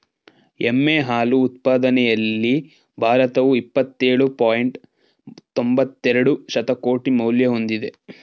ಎಮ್ಮೆ ಹಾಲು ಉತ್ಪಾದನೆಯಲ್ಲಿ ಭಾರತವು ಇಪ್ಪತ್ತೇಳು ಪಾಯಿಂಟ್ ತೊಂಬತ್ತೆರೆಡು ಶತಕೋಟಿ ಮೌಲ್ಯ ಹೊಂದಿದೆ